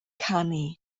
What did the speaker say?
canu